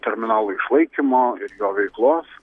terminalo išlaikymo jo veiklos